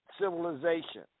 civilization